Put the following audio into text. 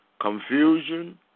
confusion